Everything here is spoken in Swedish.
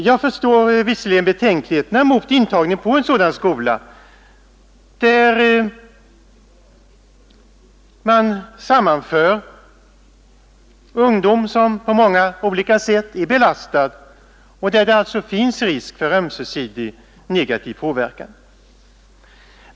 Jag förstår visserligen betänkligheterna mot intagning på en sådan skola, där ungdomar sammanförs som på många olika sätt är belastade och där det alltså finns risk för ömsesidig negativ påverkan.